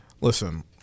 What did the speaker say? listen